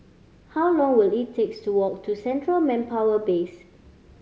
how long will it takes to walk to Central Manpower Base